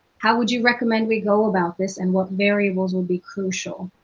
how would you recommend we go about this and what variables would be crucial?